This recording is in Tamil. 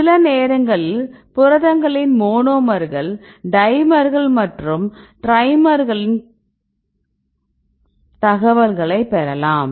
சில நேரங்களில் புரதங்களின் மோனோமர்கள் டைமர்கள் மற்றும் ட்ரைமர்களின் தகவல்களை பெறலாம்